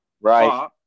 Right